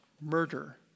murder